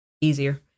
easier